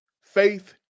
faith